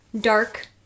dark